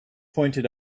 pointed